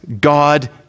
God